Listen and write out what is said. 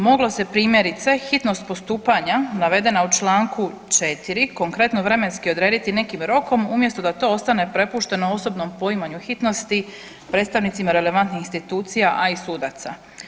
Moglo se primjerice hitnost postupanja navedena u čl. 4. konkretno vremenski odrediti nekim rokom umjesto da to ostane prepušteno osobnom poimanju hitnosti predstavnicima relevantnih institucija, a i sudaca.